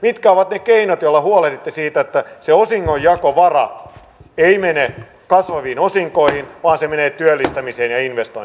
mitkä ovat ne keinot joilla huolehditte siitä että se osingonjakovara ei mene kasvaviin osinkoihin vaan se menee työllistämiseen ja investointeihin